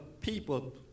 people